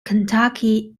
kentucky